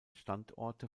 standorte